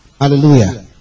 Hallelujah